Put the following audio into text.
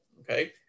okay